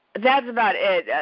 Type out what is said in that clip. that's about it,